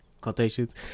quotations